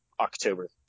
october